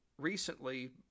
recently